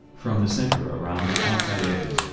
from the center around the outside edges,